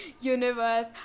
universe